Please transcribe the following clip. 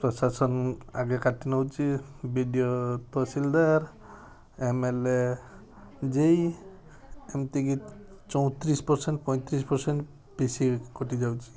ପ୍ରଶାସନ ଆଗେ କାଟି ନେଉଛି ବି ଡ଼ି ଓ ତହସିଲଦାର M L A J E ଏମିତି କି ଚଉତିରିଶ ପରସେଣ୍ଟ ପଇଁ ତିରିଶ ପରସେଣ୍ଟ ପି ସି କଟିଯାଉଛି